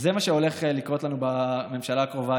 אז זה מה שהולך לקרות לנו בממשלה הקרובה.